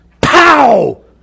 Pow